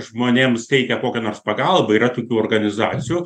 žmonėms teikia kokią nors pagalbą yra tokių organizacijų